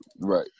right